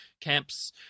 camps